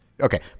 okay